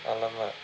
!alamak!